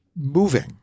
moving